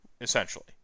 Essentially